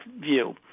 view